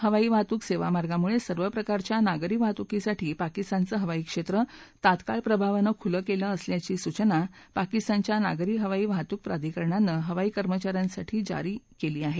हवाई वाहतूक सेवामार्गामुळे सर्व प्रकारच्या नागरी वाहतुकीसाठी पाकिस्तानचं हवाई क्षेत्र तात्काळ प्रभावानं खुलं केलं असल्याची सूचना पाकिस्तानच्या नागरी हवाई वाहतूक प्राधिकरणानं हवाई कर्मचा यांसाठी जारी केलं आहे